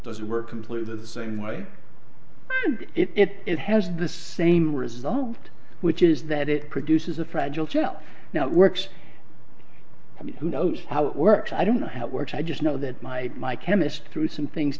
those were completely the same way it has the same result which is that it produces a fragile shell now works who knows how it works i don't know how it works i just know that my my chemist threw some things